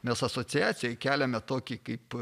mes asociacijai keliame tokį kaip